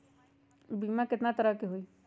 बीमा केतना तरह के होइ?